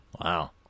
Wow